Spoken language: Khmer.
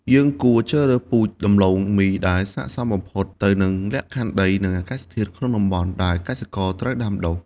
យើងគួរជ្រើសរើសពូជដំឡូងមីដែលស័ក្តិសមបំផុតទៅនឹងលក្ខខណ្ឌដី និងអាកាសធាតុក្នុងតំបន់ដែលកសិករត្រូវដាំដុះ។